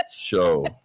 Show